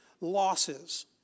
losses